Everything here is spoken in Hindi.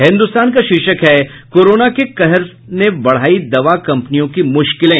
हिन्दुस्तान का शीर्षक है कोरोना के कहर ने बढ़ायी दवा कम्पनियों की मुश्किलें